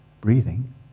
breathing